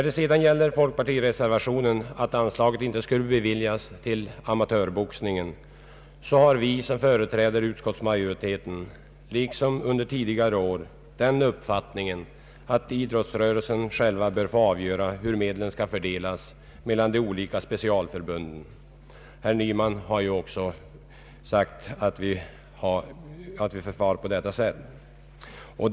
Beträffande = folkpartireservationen, att anslag inte skulle beviljas till amatörboxningen, har vi som företräder utskottsmajoriteten liksom under tidigare år den uppfattningen att idrottsrörelsen själv bör få avgöra hur medlen skall fördelas mellan de olika specialförbunden. Herr Nyman har också sagt att vi skall förfara på det sättet.